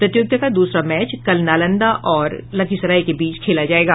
प्रतियोगिता का दूसरा मैच कल नालंदा और लखीसराय के बीच खेला जायेगा